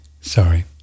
Sorry